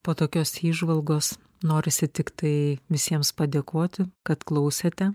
po tokios įžvalgos norisi tiktai visiems padėkoti kad klausėte